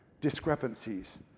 discrepancies